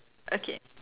okay